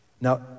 Now